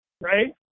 right